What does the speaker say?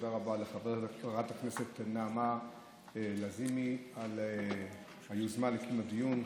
תודה רבה לחברת הכנסת נעמה לזימי על היוזמה לקיום הדיון.